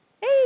hey